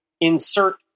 insert